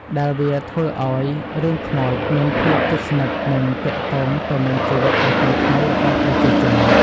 ដែលវាធ្វើឲ្យរឿងខ្មោចមានភាពជិតស្និទ្ធនិងទាក់ទងទៅនឹងជីវិតប្រចាំថ្ងៃរបស់ប្រជាជន។